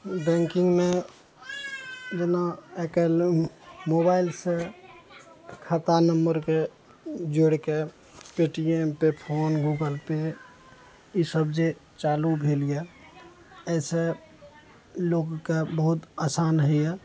बैंकिंगमे जेना आइ काल्हि मोबाइलसँ खाता नंबरके जोड़ि कए Paytm pay phone Google pay ई सब जे चालू भेल यऽ अइ सँ लोगके बहुत आसान हइए